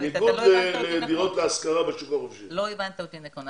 לא הבנת אותי נכון.